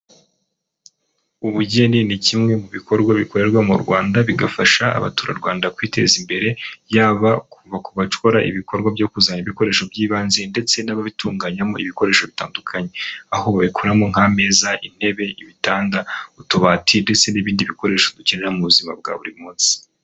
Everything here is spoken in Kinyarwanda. Ubugeni ni kimwe mu bikorwa bikorerwa mu Rwanda bigafasha abaturarwanda kwiteza imbere, yaba kuva ku bakora ibikorwa byo kuzana ibikoresho by'ibanze ndetse n'ababitunganyamo ibikoresho bitandukanye, aho babikoramo nk'ameza, intebe ibitanda, utubati ndetse n'ibindi bikoresho dukenera mu buzima bwa buri munsi.